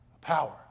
power